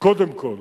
קודם כול